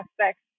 aspects